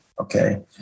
Okay